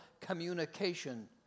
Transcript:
communication